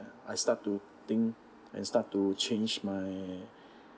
I start to think and start to change my